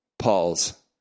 paul's